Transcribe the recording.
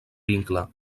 vincle